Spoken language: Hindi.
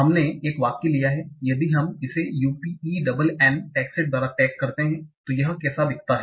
हमने एक वाक्य लिया है और यदि हम इसे UPenn टैगसेट द्वारा टैग करते हैं तो यह कैसा दिखता है